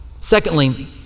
Secondly